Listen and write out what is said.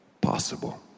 possible